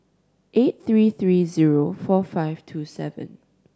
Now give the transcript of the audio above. eight three three zero four five two seven